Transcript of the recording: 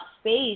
space